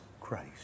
Christ